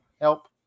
help